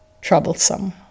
troublesome